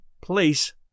Place